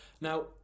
now